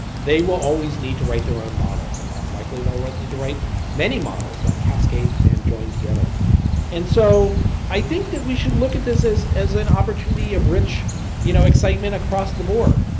they will always need to write their own models and likely they'll need to write many models that cascade and join together and so i think that we should look at this as as an opportunity of rich you know excitement across the board.